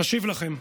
אשיב לכם: